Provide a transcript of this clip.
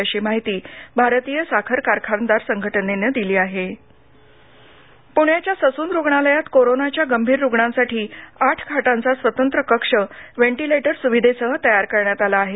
अशी माहिती भारतीय साखर कारखानदार संघटनेनं दिली आहे कोरोना पुण्याच्या ससून रुग्णालयात कोरोनाच्या गंभीर रूग्णांसाठी आठ खाटांचा स्वतंत्र कक्ष व्हेंटिलेटर सुविधेसह तयार करण्यात आला आहे